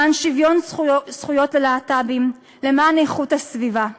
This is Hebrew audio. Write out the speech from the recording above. למען שוויון זכויות הלהט"בים, למען איכות הסביבה.